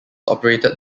operated